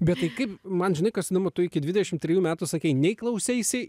bet tai kaip man žinai kas įdomu tu iki dvidešim trijų metų sakei nei klauseisi